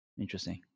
interesting